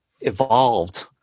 evolved